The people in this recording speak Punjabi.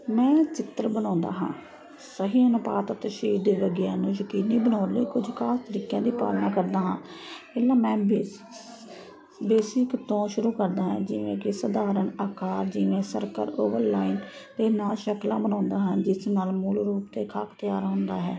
ਮੈਂ ਚਿੱਤਰ ਬਣਾਉਂਦਾ ਹਾਂ ਸਹੀ ਅਨੁਪਾਤ ਅਤੇ ਦੇ ਗਿਆਨ ਨੂੰ ਯਕੀਨੀ ਬਣਾਉਣ ਲਈ ਕੁਝ ਖ਼ਾਸ ਤਰੀਕਿਆਂ ਦੀ ਪਾਲਣਾ ਕਰਦਾ ਹਾਂ ਪਹਿਲਾਂ ਮੈਂ ਬੇਸ ਬੇਸਿਕ ਤੋਂ ਸ਼ੁਰੂ ਕਰਦਾ ਜਿਵੇਂ ਸਧਾਰਨ ਆਕਾਰ ਜਿਵੇਂ ਸਰਕਲ ਓਵਲ ਲਾਈਨ ਦੇ ਨਾਲ ਸ਼ਕਲਾਂ ਬਣਾਉਂਦਾ ਹਾਂ ਜਿਸ ਨਾਲ ਮੂਲ ਰੂਪ 'ਤੇ ਤਿਆਰ ਹੁੰਦਾ ਹੈ